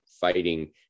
fighting